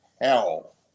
hell